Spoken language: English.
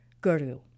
guru